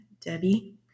Debbie